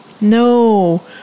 No